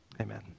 Amen